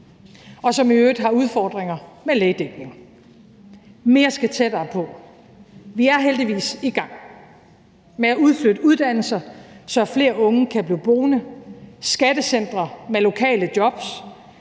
og som i øvrigt har udfordringer med lægedækningen. Mere skal tættere på, og vi er heldigvis i gang med at udflytte uddannelser, så flere unge kan blive boende. Der er skattecentre med lokale jobs